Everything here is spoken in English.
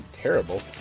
terrible